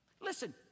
Listen